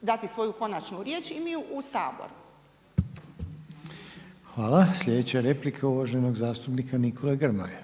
dati svoju konačnu riječ i mi u Saboru. **Reiner, Željko (HDZ)** Hvala. Slijedeća replika uvaženog zastupnika Nikole Grmoje.